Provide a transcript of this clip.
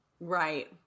Right